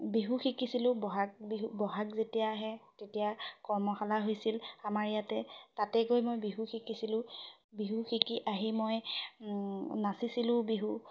বিহু শিকিছিলোঁ বহাগ বিহু বহাগ যেতিয়া আহে তেতিয়া কৰ্মশালা হৈছিল আমাৰ ইয়াতে তাতে গৈ মই বিহু শিকিছিলোঁ বিহু শিকি আহি মই নাচিছিলোঁও বিহু